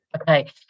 Okay